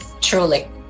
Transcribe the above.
Truly